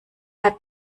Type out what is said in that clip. hat